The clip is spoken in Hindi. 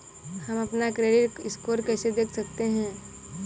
हम अपना क्रेडिट स्कोर कैसे देख सकते हैं?